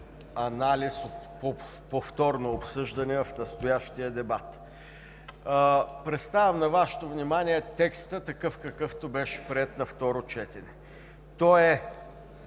анализ по повторно обсъждане в настоящия дебат. Представям на Вашето внимание текста такъв, какъвто беше приет на второ четене. Той е